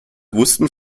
wussten